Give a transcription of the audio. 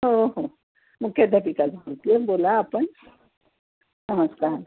हो हो मुख्याध्यापिका बोलते आहे बोला आपण नमस्कार